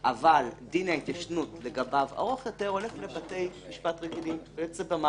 אז אין מגבלה על פרק הזמן.